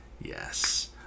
Yes